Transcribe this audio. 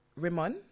Rimon